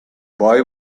boy